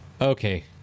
Okay